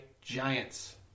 giants